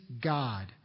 God